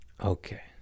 Okay